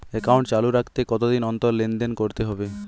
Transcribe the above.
Account চালু রাখতে কতদিন অন্তর লেনদেন করতে হবে?